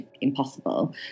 impossible